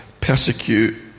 persecute